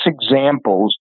examples